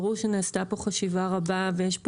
ברור שנעשתה פה חשיבה רבה ויש פה